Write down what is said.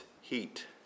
heat